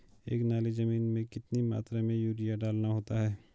एक नाली जमीन में कितनी मात्रा में यूरिया डालना होता है?